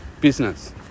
business